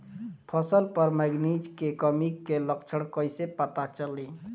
फसल पर मैगनीज के कमी के लक्षण कईसे पता चली?